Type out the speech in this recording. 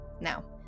Now